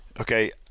okay